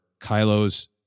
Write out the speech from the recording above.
Kylo's